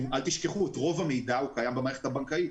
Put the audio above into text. אל תשכחו שרוב המידע קיים במערכת הבנקאית.